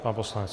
Pan poslanec.